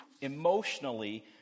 emotionally